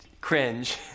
cringe